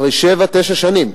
אחרי שבע תשע שנים.